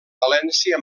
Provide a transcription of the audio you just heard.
valència